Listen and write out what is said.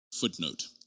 Footnote